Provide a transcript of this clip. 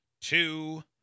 two